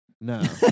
No